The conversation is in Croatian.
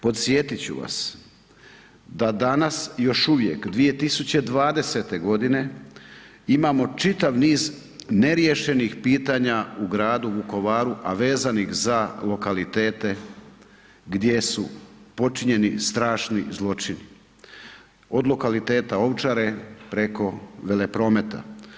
Podsjetit ću vas da danas još uvijek 2020. godine imamo čitav niz neriješenih pitanja u gradu Vukovaru, a vezanih za lokalitete gdje su počinjeni strašni zločini od lokaliteta Ovčare, preko Veleprometa.